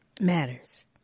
matters